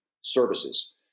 services